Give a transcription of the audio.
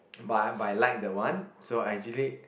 but but I like that one so I usually